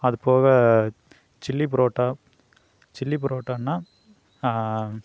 அது போக chilli parotta chilli பரோட்டானா